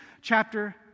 chapter